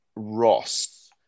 Ross